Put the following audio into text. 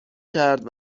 کرد